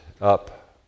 up